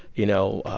you know,